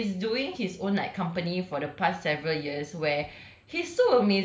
he is doing his own like company for the past several years where